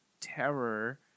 terror